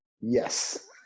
Yes